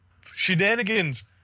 Shenanigans